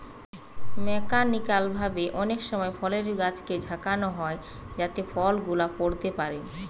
mechanical ভাবে অনেক সময় ফলের গাছকে ঝাঁকানো হয় যাতে ফল গুলা পড়তে পারে